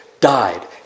died